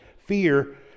Fear